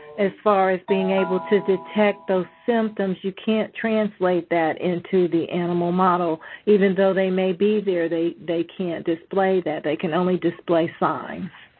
as far as being able to detect those symptoms, you can't translate that into the animal model even though they may be there. they they can't display that. they can only display signs.